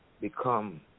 become